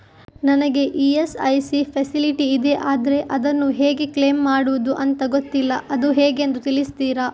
ನನಗೆ ESIC facility ಇದೆ ಆದ್ರೆ ಅದನ್ನು ಹೇಗೆ ಕ್ಲೇಮ್ ಮಾಡೋದು ಅಂತ ಗೊತ್ತಿಲ್ಲ ಅದು ಹೇಗೆಂದು ತಿಳಿಸ್ತೀರಾ?